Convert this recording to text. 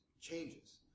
changes